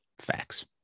Facts